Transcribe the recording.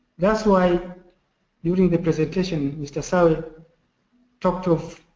that's why during the presentation, mr. sawe talked of